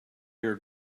ear